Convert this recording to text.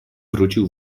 wrócił